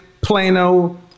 Plano